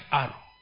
arrow